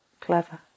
clever